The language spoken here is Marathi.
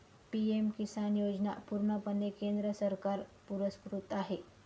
पी.एम किसान योजना पूर्णपणे केंद्र सरकार पुरस्कृत आहे